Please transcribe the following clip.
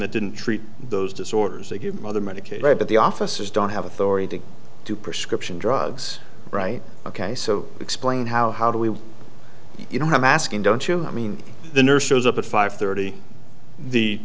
that didn't treat those disorders that you mother medicate right but the officers don't have authority to do prescription drugs right ok so explain how how do we you know masking don't you i mean the nurse shows up at five thirty the